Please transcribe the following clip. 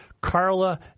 Carla